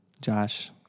Josh